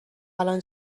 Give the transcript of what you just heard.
الان